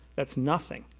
that's nothing.